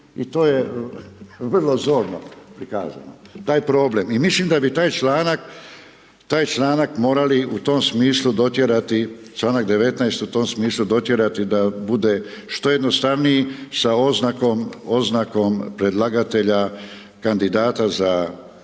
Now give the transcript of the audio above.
i to je vrlo zorno prikazano, taj problem. i mislim da bi taj članak morali u tom smislu dotjerati, članak 19. u tom smislu dotjerati da bude što jednostavniji sa oznakom predlagatelja kandidata za